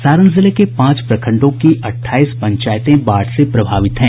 सारण जिले के पांच प्रखंडों की अट्ठाईस पंचायतें बाढ़ से प्रभावित हैं